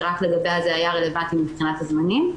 שרק לגביה זה היה רלוונטי מבחינת הזמנים.